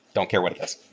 don't care what it is.